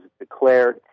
declared